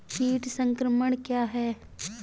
कीट संक्रमण क्या है?